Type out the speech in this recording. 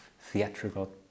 theatrical